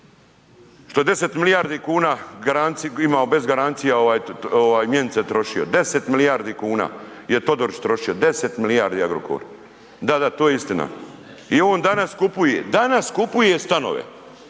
što je 10 milijardi kuna imao bez garancija mjenice trošio, 10 milijardi kuna je Todorić trošio, 10 milijardi Agrokor, … .../Upadica se ne čuje./... Da, da, to je istina. I on danas kupuje, danas